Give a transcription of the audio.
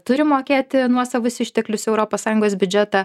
turi mokėti nuosavus išteklius į europos sąjungos biudžetą